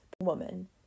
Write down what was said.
woman